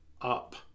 up